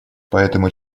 поэтому